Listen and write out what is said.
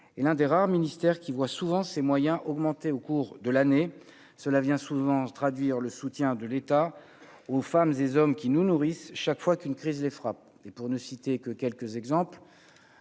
et l'un des rares ministères qui voit souvent ses moyens augmenter au cours de l'année, cela vient souvent se traduire le soutien de l'État aux femmes, des hommes qui nous nourrissent. Chaque fois qu'une crise les frappes et pour ne citer que quelques exemples,